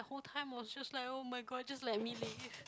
the whole time was just like [oh]-my-god just like me leh